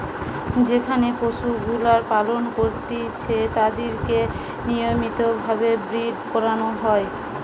যেখানে পশুগুলার পালন করতিছে তাদিরকে নিয়মিত ভাবে ব্রীড করানো হয়